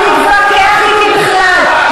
אל תתווכח אתי בכלל,